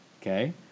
Okay